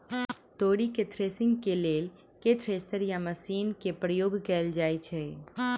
तोरी केँ थ्रेसरिंग केँ लेल केँ थ्रेसर या मशीन केँ प्रयोग कैल जाएँ छैय?